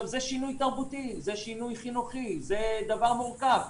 זה שינוי תרבותי, זה שינוי חינוכי, זה דבר מורכב.